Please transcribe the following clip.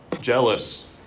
Jealous